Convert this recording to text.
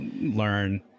learn